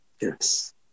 Yes